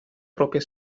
propria